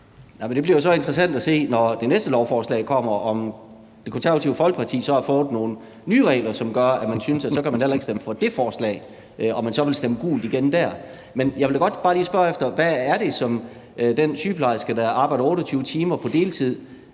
Det bliver jo så interessant at se, når det næste lovforslag kommer, om Det Konservative Folkeparti så har fået nogle nye regler, som gør, at man synes, at man heller ikke kan stemme for det forslag, og om man så vil stemme gult igen dér. Men jeg vil da godt bare lige spørge: Hvad er det, der gør, at den sygeplejerske, der arbejder 28 timer på deltid,